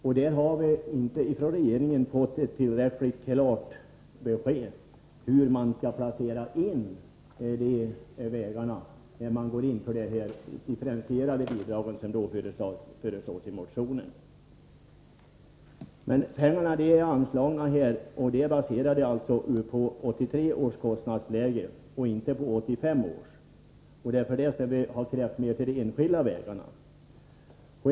Vi har inte fått ett tillräckligt klart besked av regeringen om hur man skall placera in vägarna när man börjar med de differentierade bidragen som föreslås i propositionen. Det har anslagits pengar, och nivån är baserad på 1983 års kostnadsläge och inte på 1985 års. Därför har vi krävt mer till de enskilda vägarna.